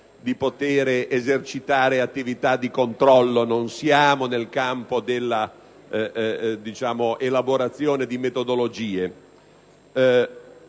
di poter esercitare attività di controllo; non siamo nel campo dell'elaborazione di metodologie.